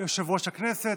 יושב-ראש הכנסת.